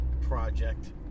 project